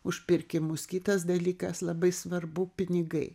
už pirkimus kitas dalykas labai svarbu pinigai